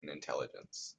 intelligence